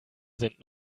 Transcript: sind